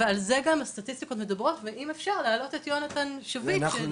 ועל זה גם הסטטיסטיקות מדברות ואם אפשר להעלות את יהונתן שביט שידבר,